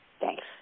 Thanks